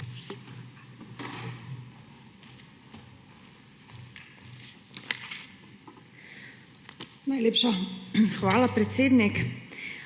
hvala, predsednik.